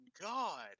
god